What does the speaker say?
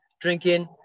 drinking